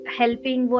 helping